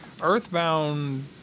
EarthBound